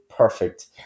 perfect